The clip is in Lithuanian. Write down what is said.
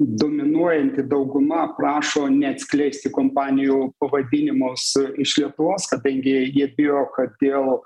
dominuojanti dauguma prašo neatskleisti kompanijų pavadinimus iš lietuvos kadangi jie bijo kad dėl